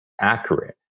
accurate